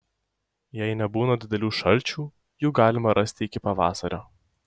jei nebūna didelių šalčių jų galima rasti iki pavasario